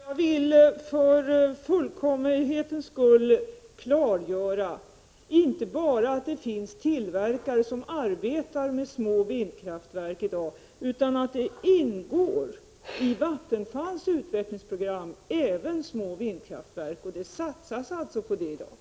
Fru talman! Jag vill för fullständighetens skull klargöra inte bara att det i dag finns tillverkare som arbetar med små vindkraftverk utan att det i Vattenfalls utvecklingsprogram ingår även små vindkraftverk. Det satsas alltså på det i dag.